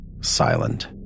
silent